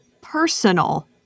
Personal